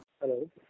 Hello